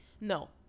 no